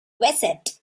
visit